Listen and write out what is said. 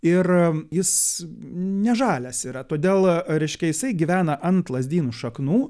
ir jis ne žalias yra todėl reiškia jisai gyvena ant lazdynų šaknų